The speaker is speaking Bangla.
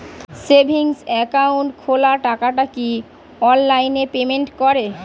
সেভিংস একাউন্ট খোলা টাকাটা কি অনলাইনে পেমেন্ট করে?